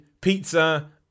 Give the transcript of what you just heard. pizza